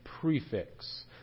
prefix